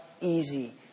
easy